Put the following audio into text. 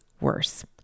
worse